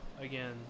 again